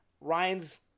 Ryan's